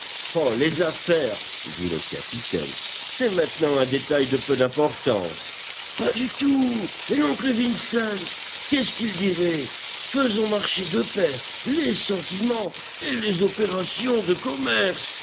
les affaires dit le capitaine c'est maintenant un détail de peu d importance as du tout et l'oncle vincent qu'est-ce qu'il dirait faisons marcher de pair les sentiments et les opérations de commerce